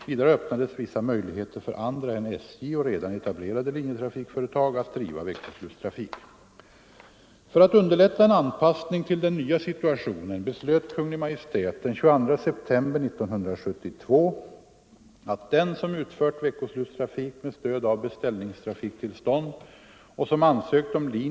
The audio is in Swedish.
Vidare öppnades vissa möjligheter för andra än SJ och redan etablerade linjetrafikföretag att driva veckoslutstrafik.